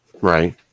Right